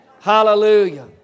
Hallelujah